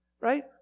Right